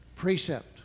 Precept